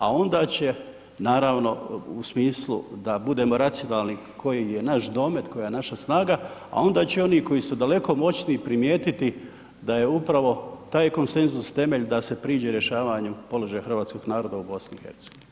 A onda će naravno u smislu da budemo racionalni koji je naš domet, koja je naša snaga a onda će oni koji su daleko moćniji prijetiti da je upravo taj konsenzus temelj da se priđe rješavanju položaja hrvatskog naroda u BiH.